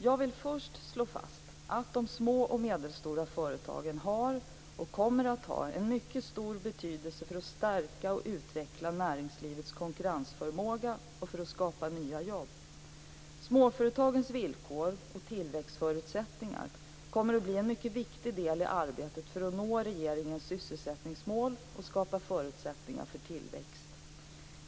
Jag vill först slå fast att de små och medelstora företagen har och kommer att ha en stor betydelse för att stärka och utveckla näringslivets konkurrensförmåga och för att skapa nya jobb. Småföretagens villkor och tillväxtförutsättningar kommer att bli en viktig del i arbetet att nå regeringens sysselsättningsmål och skapa förutsättningar för tillväxt.